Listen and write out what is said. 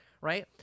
right